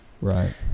Right